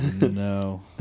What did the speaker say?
no